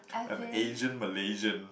an Asian Malaysian